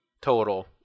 total